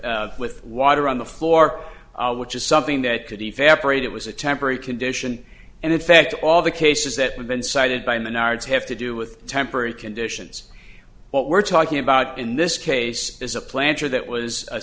with with water on the floor which is something that could evaporated was a temporary condition and in fact all the cases that we've been cited by menards have to do with temporary conditions what we're talking about in this case is a planter that was a